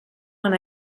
when